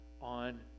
on